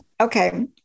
Okay